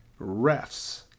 refs